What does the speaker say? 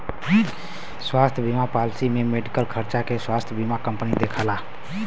स्वास्थ्य बीमा पॉलिसी में मेडिकल खर्चा के स्वास्थ्य बीमा कंपनी देखला